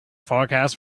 forecast